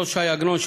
אותו ש"י עגנון,